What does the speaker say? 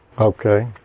Okay